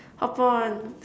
hop on